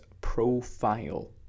profile